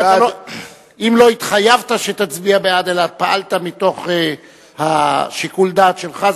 אם לא התחייבת שתצביע בעד אלא פעלת מתוך שיקול הדעת שלך,